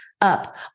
up